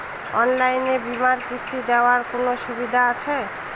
অনলাইনে বীমার কিস্তি দেওয়ার কোন সুবিধে আছে?